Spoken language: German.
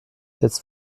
jetzt